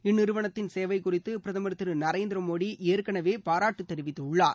இந்நிறுவனத்தின் சேவை குறித்து பிரதமர் திரு நரேந்திர மோடி ஏற்கனவே பாராட்டு தெரிவித்துள்ளார்